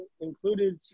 included